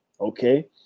Okay